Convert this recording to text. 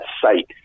site